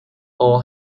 all